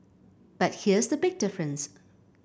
but here's the big difference